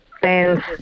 fans